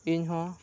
ᱤᱧ ᱦᱚᱸ